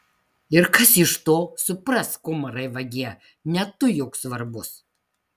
ir kas iš to suprask umarai vagie ne tu juk svarbus